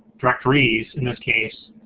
directories, in this case,